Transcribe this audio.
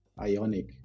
ionic